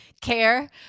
care